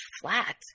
flat